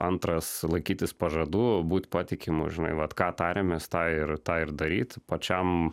antras laikytis pažadų būt patikimu žinai vat ką tariamės tai ir tą ir daryt pačiam